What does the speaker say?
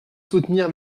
soutenir